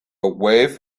wave